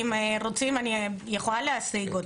אם רוצים אני יכולה להשיג אותה.